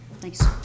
Thanks